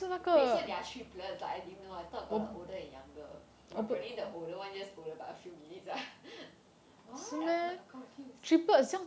wait so they are triplets like I didn't know I thought got the older and younger but apparently the older one just older but a few minutes ah what I'm confused